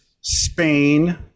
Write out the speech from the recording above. Spain